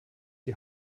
die